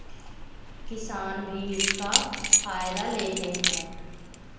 किसान भी इसका फायदा लेते हैं